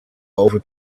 over